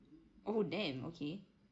oh damn okay